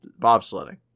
bobsledding